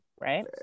right